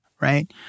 right